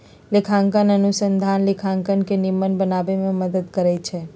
लेखांकन अनुसंधान लेखांकन के निम्मन बनाबे में मदद करइ छै